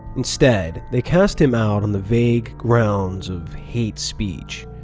instead, they cast him out on the vague grounds of hate-speech.